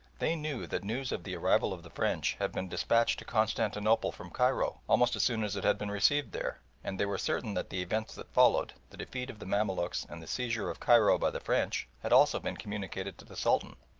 they knew that news of the arrival of the french had been despatched to constantinople from cairo almost as soon as it had been received there, and they were certain that the events that followed, the defeat of the mamaluks and the seizure of cairo by the french, had also been communicated to the sultan,